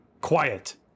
Quiet